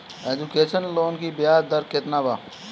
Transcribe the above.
Education loan की ब्याज दर केतना बा?